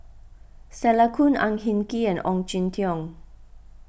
Stella Kon Ang Hin Kee and Ong Jin Teong